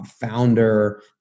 founder